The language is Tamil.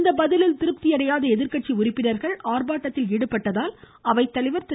இந்த பதிலில் திருப்தி அடையாத எதிர்கட்சி உறுப்பினர்கள் ஆர்ப்பாட்டத்தில் ஈடுபட்டதால் அவைத்தலைவா் திரு